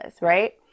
right